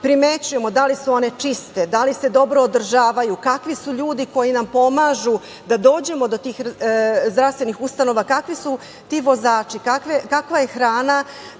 primećujemo da li su one čiste, da li se dobro održavaju, kakvi su ljudi koji nam pomažu da dođemo do tih zdravstvenih ustanova, kakvi su ti vozači, kakva je hrana.